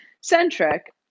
centric